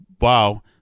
wow